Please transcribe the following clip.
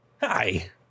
hi